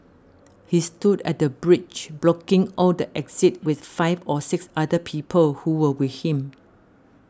he stood at the bridge blocking off the exit with five or six other people who were with him